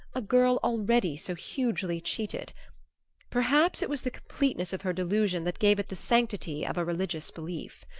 a girl already so hugely cheated perhaps it was the completeness of her delusion that gave it the sanctity of a religious belief.